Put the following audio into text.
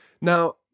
Now